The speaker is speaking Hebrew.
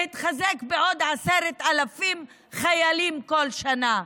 להתחזק בעוד 10,000 חיילים כל שנה.